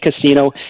casino